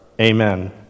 Amen